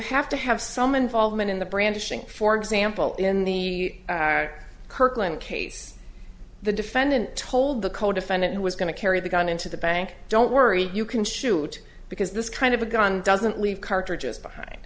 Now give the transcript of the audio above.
have to have some involvement in the brandishing for example in the kirkland case the defendant told the codefendant who was going to carry the gun into the bank don't worry you can shoot because this kind of a gun doesn't leave cartridges behind